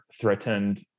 threatened